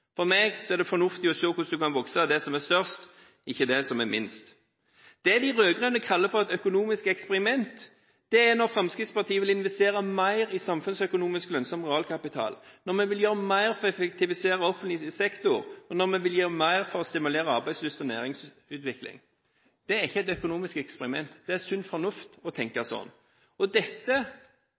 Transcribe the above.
For meg er det fornuftig å se hvordan man kan øke det som er størst, ikke det som er minst. Det de rød-grønne kaller et økonomisk eksperiment, er at Fremskrittspartiet vil investere mer i samfunnsøkonomisk lønnsom realkapital, at vi vil gjøre mer for å effektivisere offentlig sektor, og at vi vil gjøre mer for å stimulere arbeidslyst og næringsutvikling. Det er ikke et økonomisk eksperiment, det er sunn fornuft å tenke sånn. Og dette